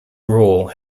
rule